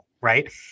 Right